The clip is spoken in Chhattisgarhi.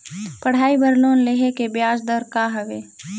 पढ़ाई बर लोन लेहे के ब्याज दर का हवे?